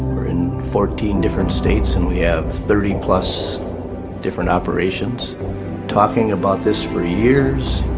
we're in fourteen different states and we have thirty plus different operations talking about this for years.